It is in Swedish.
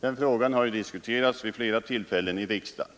Den frågan har diskuterats vid flera tillfällen i riksdagen.